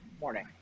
morning